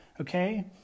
okay